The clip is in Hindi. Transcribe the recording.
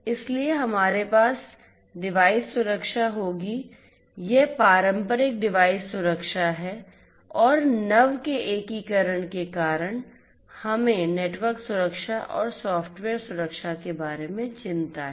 इसलिए हमारे पास डिवाइस सुरक्षा होगी यह पारंपरिक डिवाइस सुरक्षा है और नव के एकीकरण के कारण हमें नेटवर्क सुरक्षा और सॉफ्टवेयर सुरक्षा के बारे में चिंता है